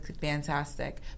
fantastic